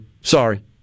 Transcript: Sorry